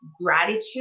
gratitude